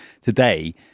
Today